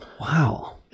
Wow